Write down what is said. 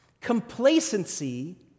Complacency